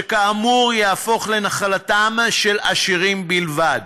שכאמור יהפוך לנחלתם של עשירים בלבד.